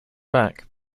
back